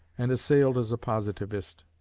and assailed as a positivist.